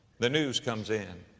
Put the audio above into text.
the news comes in.